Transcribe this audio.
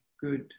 good